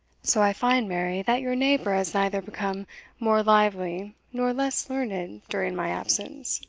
so i find, mary, that your neighbour has neither become more lively nor less learned during my absence.